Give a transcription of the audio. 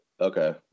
okay